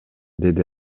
деди